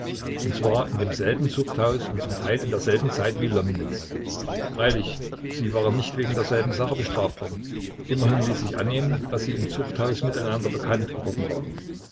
und zwar in demselben zuchthaus und zum teil in derselben zeit wie lomnitz freilich sie waren nicht wegen derselben sache bestraft worden immerhin ließ sich annehmen daß sie im zuchthaus miteinander bekannt geworden waren